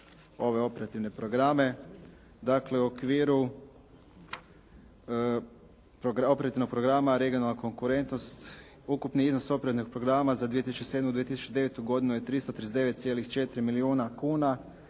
ove operativne programe. Dakle, u okviru operativnog programa "Regionalna konkurentnost" ukupni iznos operativnog programa za 2007. i 2009. godinu je 339,4 milijuna kuna,